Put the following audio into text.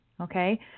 Okay